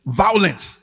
violence